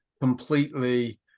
completely